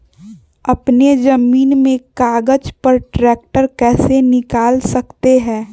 अपने जमीन के कागज पर ट्रैक्टर कैसे निकाल सकते है?